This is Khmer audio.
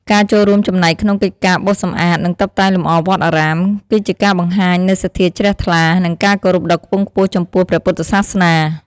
ការចូលរួមចំណែកក្នុងកិច្ចការបោសសម្អាត និងតុបតែងលម្អវត្តអារាម គឺជាការបង្ហាញនូវសទ្ធាជ្រះថ្លា និងការគោរពដ៏ខ្ពង់ខ្ពស់ចំពោះព្រះពុទ្ធសាសនា។